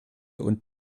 und